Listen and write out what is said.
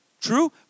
true